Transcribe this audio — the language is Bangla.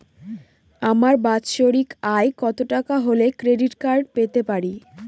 আমার বার্ষিক আয় কত টাকা হলে ক্রেডিট কার্ড পেতে পারি?